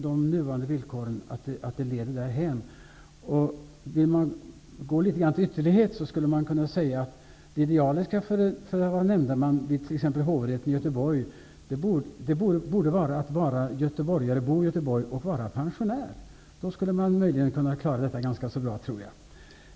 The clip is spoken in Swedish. De nuvarande villkoren leder faktiskt dithän. Vill man gå till ytterlighet skulle man kunna säga att det idealiska för en nämndeman vid hovrätten i Göteborg vore att vara göteborgare, bo i Göteborg och vara pensionär. Då skulle man möjligen klara det ganska bra, tror jag.